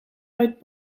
uit